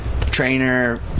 Trainer